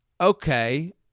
okay